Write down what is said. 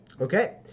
Okay